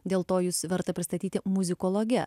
dėl to jus verta pristatyti muzikologe